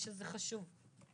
שזה חשוב.